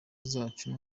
zacu